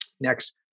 Next